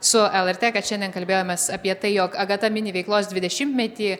su lrt kad šiandien kalbėjomės apie tai jog agata mini veiklos dvidešimtmetį